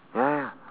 ya